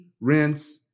rinse